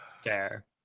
Fair